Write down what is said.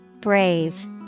Brave